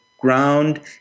Ground